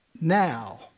now